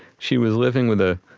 she was living with ah